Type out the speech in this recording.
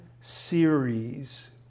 series